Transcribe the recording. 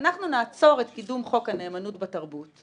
אנחנו נעצור את קידום חוק הנאמנות בתרבות,